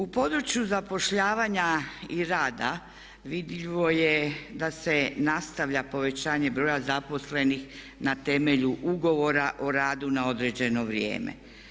U području zapošljavanja i rada vidljivo je da se nastavlja povećanje broja zaposlenih na temelju ugovora o radu na određeno vrijeme.